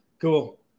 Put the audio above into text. Cool